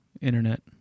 Internet